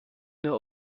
nur